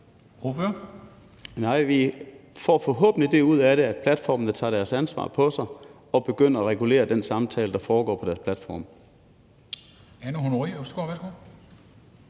(S): Nej, vi får forhåbentlig det ud af det, at platformene tager deres ansvar på sig og begynder at regulere den samtale, der foregår på deres platforme.